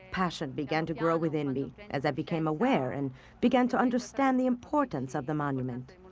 passion began to grow within me as i became aware and began to understand the importance of the monument.